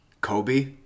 Kobe